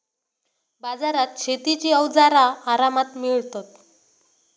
बाजारात शेतीची अवजारा आरामात मिळतत